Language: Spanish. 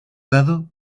dado